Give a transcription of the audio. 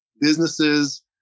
businesses